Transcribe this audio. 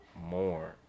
more